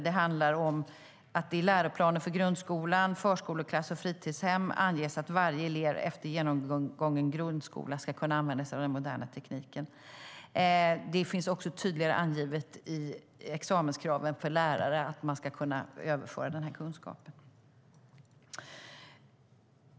Det handlar om att det i läroplanen för grundskola, förskoleklass och fritidshem anges att varje elev efter genomgången grundskola ska kunna använda sig av den moderna tekniken. Det finns också tydligare angivet i examenskraven för lärare att man ska kunna överföra den här kunskapen.